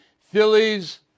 Phillies